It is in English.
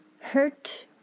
hurt